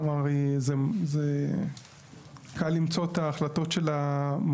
כלומר, קל למצוא את ההחלטות של המועצה.